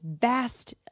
vast